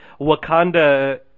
Wakanda